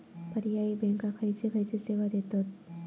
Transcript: पर्यायी बँका खयचे खयचे सेवा देतत?